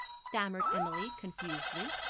stammered emily confusedly.